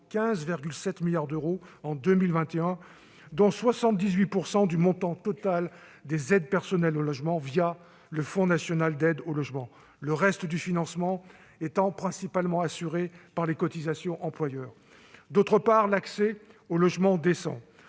15,7 milliards d'euros en 2021, dont 78 % du montant total des aides personnalisées au logement le Fonds national d'aide au logement, le reste du financement étant principalement assuré par les cotisations des employeurs. Il y a, d'autre part, l'accès au logement décent.